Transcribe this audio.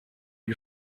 you